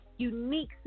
Unique